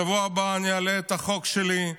בשבוע הבא אני אעלה את החוק שלי,